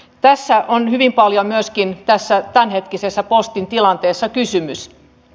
tästä on hyvin paljon myöskin tässä tämänhetkisessä postin tilanteessa kysymys